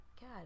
god